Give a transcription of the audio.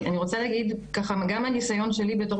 אני רוצה להגיד גם מתוך הניסיון שלי בתור